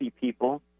people